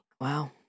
Wow